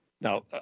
Now